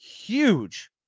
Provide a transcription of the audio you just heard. huge